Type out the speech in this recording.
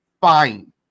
fine